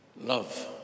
Love